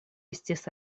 estis